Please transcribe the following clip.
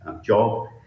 job